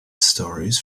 stories